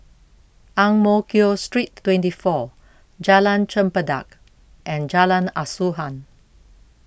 Ang Mo Kio Street twenty four Jalan Chempedak and Jalan Asuhan